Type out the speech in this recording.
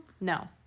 No